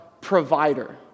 provider